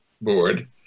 board